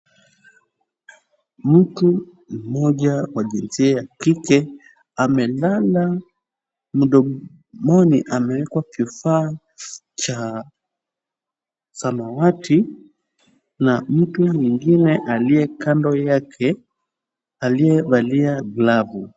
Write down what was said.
Mtu mmoja wa jinsia ya kike amelala, mdomoni amewekwa kifaa cha samawati na mtu mwingine aliye kando yake, aliyevalia glavu.